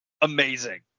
amazing